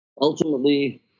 ultimately